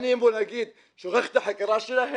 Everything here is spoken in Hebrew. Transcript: אני, בוא נגיד, שוכח את החקירה שלהם